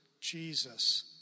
Jesus